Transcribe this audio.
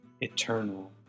eternal